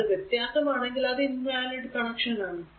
അത് വ്യത്യസ്തം ആണെങ്കിൽ അത് ഇൻ വാലിഡ് കണക്ഷൻ ആണ്